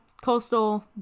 Coastal